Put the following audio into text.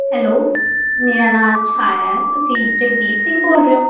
hello ਮੇਰਾ ਨਾਂ ਛਾਇਆ ਹੈ ਤੁਸੀਂ ਜਗਦੀਪ ਸਿੰਘ ਬੋਲ ਰਹੇ ਹੋ